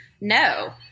no